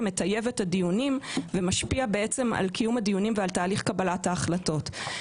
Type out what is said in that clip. מטייב את הדיונים ומשפיע בעצם על קיום הדיונים ועל תהליך קבלת ההחלטות.